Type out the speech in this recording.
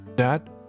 Dad